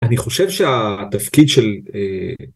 אני חושב שהתפקיד של...